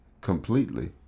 completely